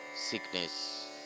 sickness